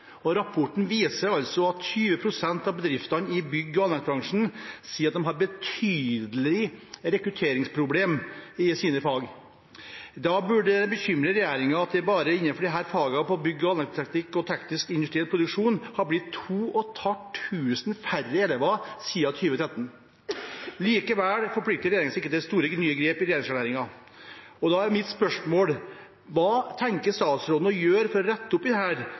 kompetansebehov. Rapporten viser at 20 pst. av bedriftene i bygg- og anleggsbransjen sier at de har betydelige rekrutteringsproblemer til sine fag. Da burde det bekymre regjeringen at det bare innenfor fagene Bygg- og anleggsteknikk og Teknikk og industriell produksjon har blitt 2 500 færre elever siden 2013. Likevel forplikter regjeringen seg ikke til store, nye grep i regjeringserklæringen. Da er mitt spørsmål: Hva tenker statsråden å gjøre for å rette opp i dette, når vi vet at det